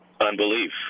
Unbelief